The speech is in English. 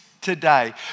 today